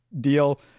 deal